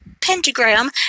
pentagram